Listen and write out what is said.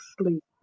sleep